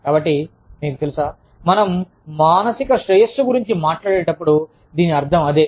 కాబట్టి మీకు తెలుసా మనం మానసిక శ్రేయస్సు గురించిమాట్లాడేటప్పుడు దీని అర్థం అదే